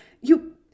You—